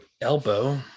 elbow